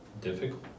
difficult